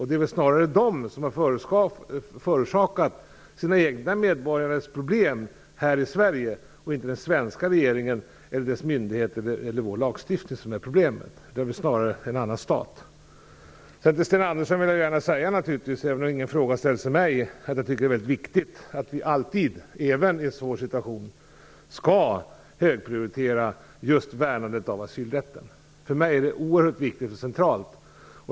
Det är väl snarare den som har förorsakat de eritreanska medborgarnas problem här i Sverige. Det är inte den svenska regeringen, dess myndigheter eller vår lagstiftning som är problemet. Det har snarare orsakats av en annan stat. Till Sten Andersson vill jag gärna, även om ingen fråga har ställts till mig, att jag tycker att det är väldigt viktigt att vi alltid, även i en svår situation, skall högprioritera värnandet av asylrätten. För mig är detta oerhört viktigt och centralt.